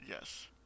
Yes